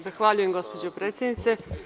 Zahvaljujem gospođo predsednice.